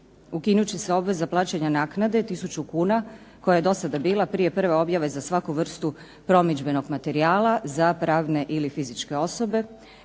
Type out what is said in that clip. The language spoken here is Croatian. Ukinut će se obveza plaćanja naknade tisuću kuna, koja je do sada bila prije prve objave za svaku vrstu promidžbenog materijala za pravne ili fizičke osobe,